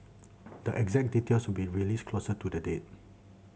the exact details be released closer to the date